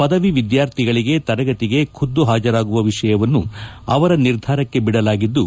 ಪದವಿ ವಿದ್ಯಾರ್ಥಿಗಳಿಗೆ ತರಗತಿಗೆ ಖುದ್ದು ಹಾಜರಾಗುವ ವಿಷಯವನ್ನು ಅವರ ನಿರ್ಧಾರಕ್ಷೆ ಬಿಡಲಾಗಿದ್ದು